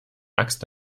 axt